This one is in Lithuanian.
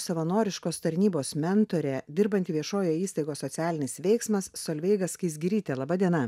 savanoriškos tarnybos mentorė dirbanti viešojoj įstaigoj socialinis veiksmas solveiga skaisgirytė laba diena